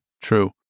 true